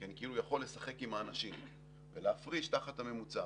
אני כאילו יכול לשחק עם האנשים ולהפריש תחת הממוצע.